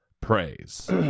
praise